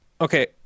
Okay